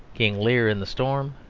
king lear, in the storm,